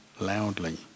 loudly